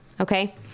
okay